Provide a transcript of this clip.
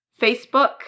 Facebook